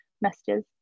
messages